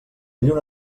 lluna